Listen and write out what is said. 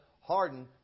harden